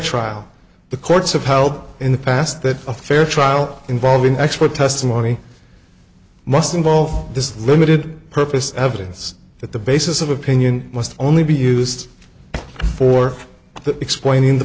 trial the courts upheld in the past that a fair trial involving expert testimony must involve this limited purpose evidence that the basis of opinion must only be used for that explaining the